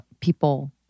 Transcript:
people